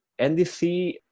NDC